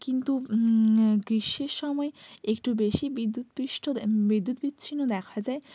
কিন্তু গ্রীষ্মের সময় একটু বেশি বিদ্যুৎস্পৃষ্ট বিদ্যুৎ বিচ্ছন্ন দেখা যায়